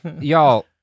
y'all